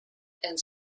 and